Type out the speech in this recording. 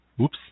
Oops